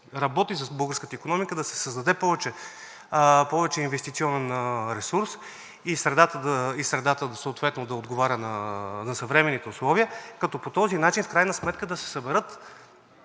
работи с българската икономика – да се създаде повече инвестиционен ресурс. Средата съответно да отговаря на съвременните условия, като по този начин в крайна сметка да се съберат